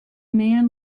man